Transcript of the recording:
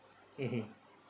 mmhmm